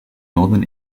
northern